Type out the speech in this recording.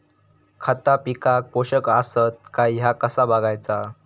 खता पिकाक पोषक आसत काय ह्या कसा बगायचा?